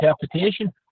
interpretation